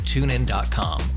TuneIn.com